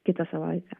kitą savaitę